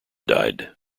died